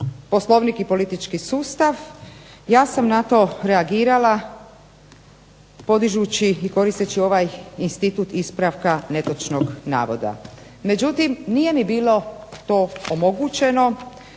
Poslovnik i politički sustav ja sam na to reagirala podižući i koristeći ovaj institut ispravka netočnog navoda. Međutim, nije mi bilo to omogućeno